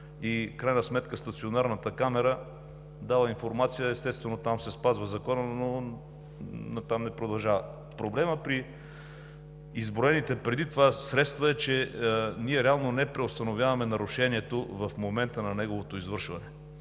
крайна сметка стационарната камера дава информация. Естествено, там се спазва Законът, но не продължава нататък. Проблемът при изброените преди това средства е, че ние реално не преустановяваме нарушението в момента на неговото извършване.